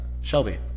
Shelby